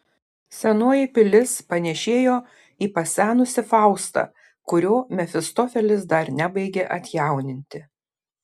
senoji pilis panėšėjo į pasenusį faustą kurio mefistofelis dar nebaigė atjauninti